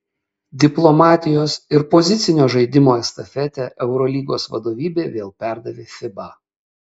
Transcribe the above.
diplomatijos ir pozicinio žaidimo estafetę eurolygos vadovybė vėl perdavė fiba